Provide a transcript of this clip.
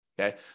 okay